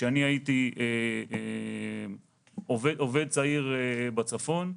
כשאני הייתי עובד צעיר בצפון,